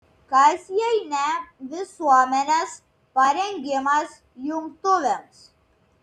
kas jei ne visuomenės parengimas jungtuvėms